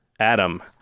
Adam